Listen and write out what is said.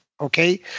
Okay